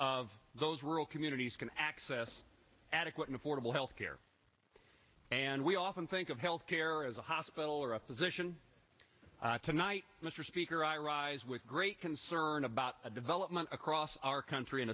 of those rural communities can access adequate affordable health care and we often think of health care as a hospital or a physician tonight mr speaker i rise with great concern about a development across our country and